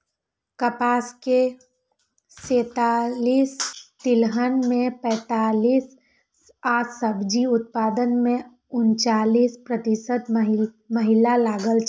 कपास मे सैंतालिस, तिलहन मे पैंतालिस आ सब्जी उत्पादन मे उनचालिस प्रतिशत महिला लागल छै